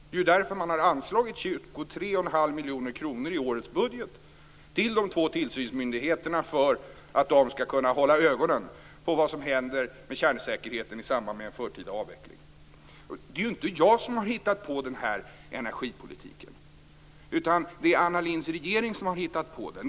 Det är ju därför man har anslagit 23,5 miljoner kronor i årets budget till de två tillsynsmyndigheterna: för att de skall kunna hålla ögonen på vad som händer med kärnsäkerheten i samband med en förtida avveckling. Det är ju inte jag som har hittat på den här energipolitiken, utan det är Anna Lindhs regering som har hittat på den!